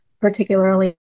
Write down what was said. particularly